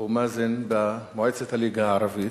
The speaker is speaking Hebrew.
אבו מאזן, במועצת הליגה הערבית,